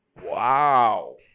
Wow